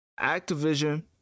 activision